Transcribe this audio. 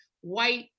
white